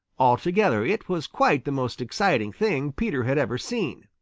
altogether, it was quite the most exciting thing peter had ever seen.